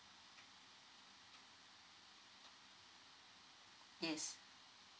yes